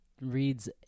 reads